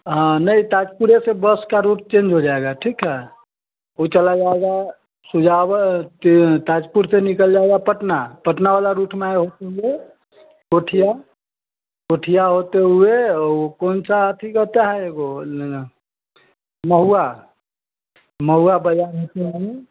नहीं ताजपुर से बस का रूट चेंज हो जाएगा ठीक है वह चला जाएगा सुजावल त ताजपुर से निकल जाएगा पटना पटना वाला रूट ना होते हुए कोठिया कोठिया होते हुए और वह कौन सा आथि आता है वह ना महुआ महुआ बाज़ार होते हुए